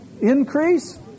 increase